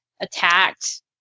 attacked